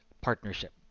partnership